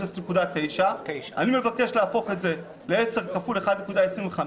0.9. אני מבקש להפוך את זה ל-10 כפול 1.25,